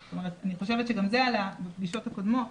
אני חושבת שגם זה עלה בפגישות הקודמות,